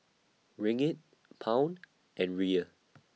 Ringgit Pound and Riel